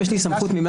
אם יש לי סמכות מ-135,